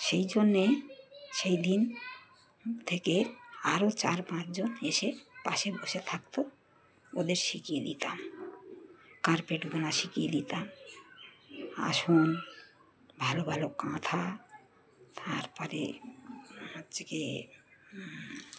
সেই জন্যে সেই দিন থেকে আরও চার পাঁচজন এসে পাশে বসে থাকত ওদের শিখিয়ে দিতাম কার্পেট গোনা শিখিয়ে দিতাম আসন ভালো ভালো কাঁথা তারপরে হচ্ছে গিয়ে